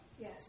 Yes